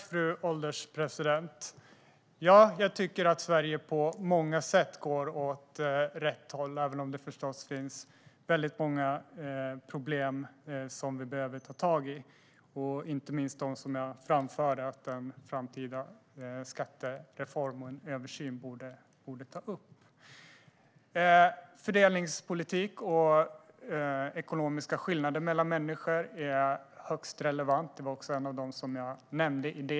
Fru ålderspresident! Ja, jag tycker att Sverige på många sätt går åt rätt håll, även om det förstås finns väldigt många problem som vi behöver ta tag i, inte minst dem som jag framförde att en framtida skattereform och en översyn borde ta upp. Fördelningspolitik och ekonomiska skillnader mellan människor är högst relevant. Det var också något som jag nämnde.